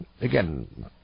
Again